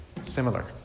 similar